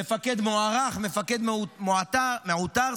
מפקד מוערך, מפקד מעוטר.